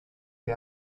que